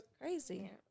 Crazy